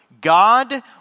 God